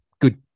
good